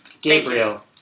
Gabriel